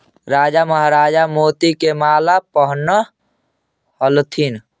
राजा महाराजा मोती के माला पहनऽ ह्ल्थिन